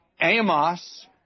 Amos